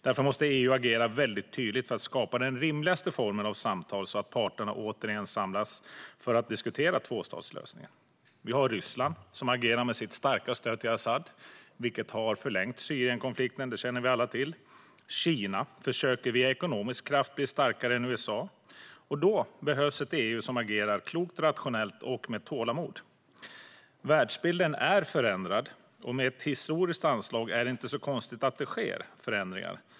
Därför måste EU agera tydligt för att skapa den rimligaste formen av samtal så att parterna återigen samlas för att diskutera tvåstatslösningen. Ryssland agerar med sitt starka stöd till Asad, vilket har förlängt Syrienkonflikten. Det känner vi alla till. Kina försöker via ekonomisk kraft bli starkare än USA. Då behövs ett EU som agerar klokt, rationellt och med tålamod. Världsbilden är förändrad, och med ett historiskt anslag är det inte så konstigt att det sker förändringar.